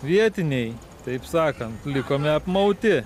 vietiniai taip sakant likome apmauti